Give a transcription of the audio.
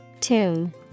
Tune